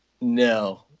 No